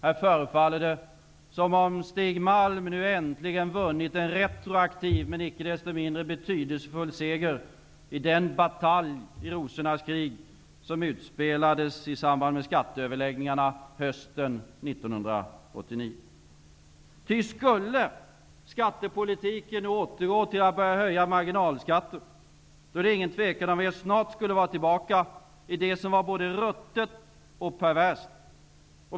Här förefaller det som om Stig Malm nu äntligen vunnit en retroaktiv men icke desto mindre betydelsefull seger i den batalj i rosornas krig som utspelades i samband med skatteöverläggningarna hösten 1989. Ty skulle vi i skattepolitiken nu återgå till att börja höja marginalskatter, är det inget tvivel om att vi snart skulle vara tillbaka i det som var både ''ruttet'' och ''perverst''.